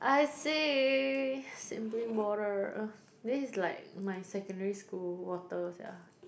I see Simply Water this is like my secondary school water sia